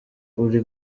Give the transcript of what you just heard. uri